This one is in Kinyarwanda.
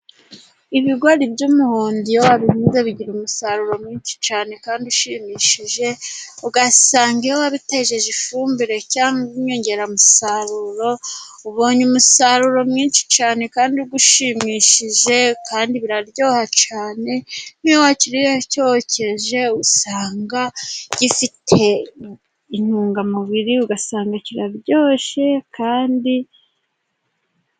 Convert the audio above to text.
Ibigori by'umuhondo iyo wabihinze bigira umusaruro mwinshi cyane kandi ushimishije. Ugasanga iyo wateje ifumbire cyangwa inyongeramusaruro ubonye umusaruro mwinshi cyane, kandi ugushimishije kandi biraryoha cyane. Ngiyo wakiriye cyokeje usanga gifite intungamubiri, ugasanga kiraryoshye.